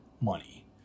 money